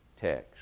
text